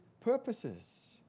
purposes